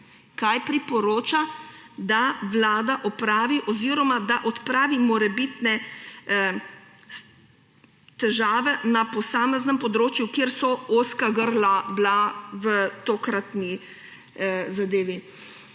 kaj priporoča, da Vlada opravi oziroma da odpravi morebitne težave na posameznem področju, kjer so bila ozka grla v tokratni zadevi.